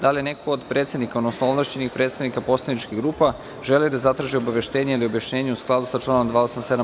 Da li neko od predsednika, odnosno ovlašćenih predstavnika poslaničkih grupa želi da zatraži obaveštenje ili objašnjenje u skladu sa članom 287.